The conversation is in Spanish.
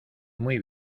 muy